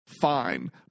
fine